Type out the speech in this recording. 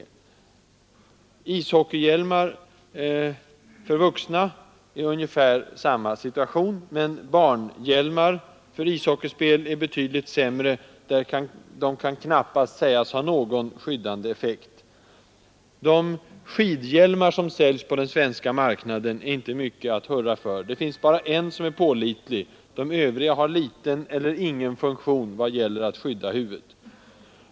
När det gäller ishockeyhjälmar för vuxna är situationen ungefär densamma, men barnhjälmar för ishockeyspel är betydligt mre. De kan knappast s ha någon skyddande effekt. De säljs på den svenska marknaden är inte mycket att hurra för. Det finns bara en som är pålitlig. De övriga har liten eller ingen funktion när det gäller att skydda huvudet.